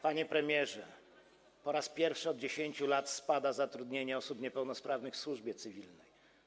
Panie premierze, po raz pierwszy od 10 lat spada zatrudnienie osób niepełnosprawnych w służbie cywilnej.